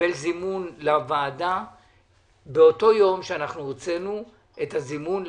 קיבל זימון לוועדה באותו יום שאנחנו הוצאנו את הזימון לוועדה.